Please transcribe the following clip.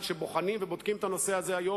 שבוחנים ובודקים את הנושא הזה היום,